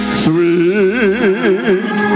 sweet